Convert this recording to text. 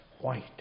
white